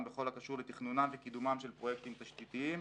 בכל הקשור לתכנונם וקידומם של פרויקטים תשתיתיים,